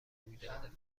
رویداد